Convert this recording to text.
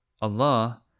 Allah